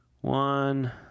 one